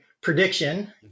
prediction